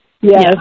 yes